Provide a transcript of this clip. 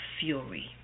fury